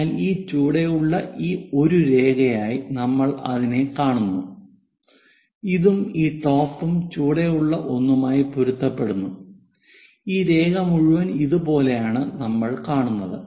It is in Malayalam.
അതിനാൽ ഈ ചുവടെയുള്ള ഒരു രേഖയായി നമ്മൾ ഇതിനെ കാണുന്നു ഇതും ഈ ടോപ്പും ചുവടെയുള്ള ഒന്നുമായി പൊരുത്തപ്പെടുന്നു ഈ രേഖ മുഴുവൻ ഇതുപോലെയാണ് നമ്മൾ കാണുന്നത്